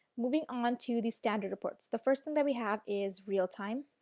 moving on to the standard reports. the first one that we have is real time.